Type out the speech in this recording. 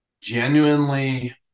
Genuinely